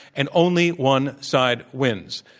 and only one side wins.